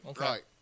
right